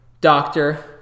doctor